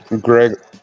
Greg